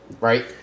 right